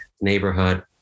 neighborhood